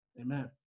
Amen